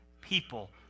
people